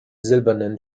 silbernen